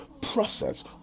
process